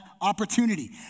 opportunity